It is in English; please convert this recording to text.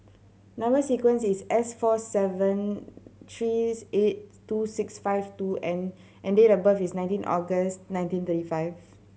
number sequence is S four seven three eight two six five two N and date of birth is nineteen August nineteen thirty five